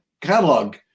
Catalog